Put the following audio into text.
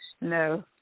No